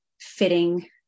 fitting